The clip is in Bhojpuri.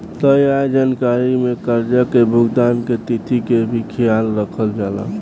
तय आय जानकारी में कर्जा के भुगतान के तिथि के भी ख्याल रखल जाला